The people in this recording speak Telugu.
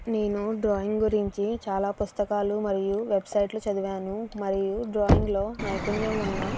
నేను డ్రాయింగ్ గురించి చాలా పుస్తకాలు మరియు వెబ్సైట్లు చదివాను మరియు డ్రాయింగ్లో నైపుణ్యం ఉన్న